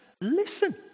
listen